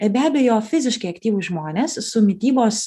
be abejo fiziškai aktyvūs žmonės su mitybos